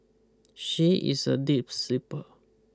she is a deep sleeper